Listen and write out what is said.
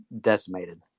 decimated